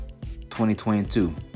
2022